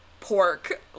pork